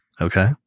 Okay